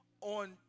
on